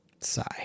Sigh